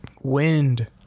wind